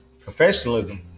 Professionalism